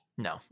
no